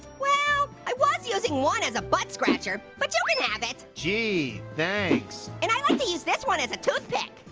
well i was using one as a buttscratcher, but you can have it. gee, thanks. and i like to use this one as a toothpick.